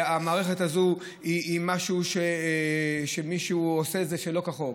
והמערכת הזאת היא משהו שמישהו עושה את זה שלא כחוק,